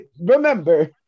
remember